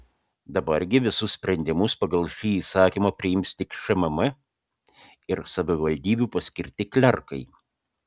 dabar gi visus sprendimus pagal šį įsakymą priims tik šmm ir savivaldybių paskirti klerkai